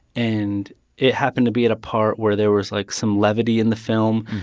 and it happened to be at a part where there was, like, some levity in the film,